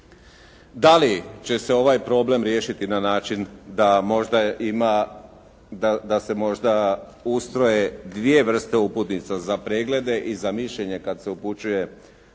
da li će se ovaj problem riješiti na način da se možda ustroje dvije vrste uputnica za preglede i za mišljenje kad se upućuje